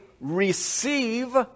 receive